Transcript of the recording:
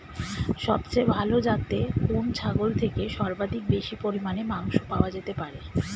সবচেয়ে ভালো যাতে কোন ছাগল থেকে সর্বাধিক বেশি পরিমাণে মাংস পাওয়া যেতে পারে?